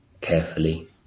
carefully